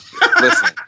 listen